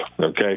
okay